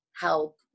help